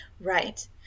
Right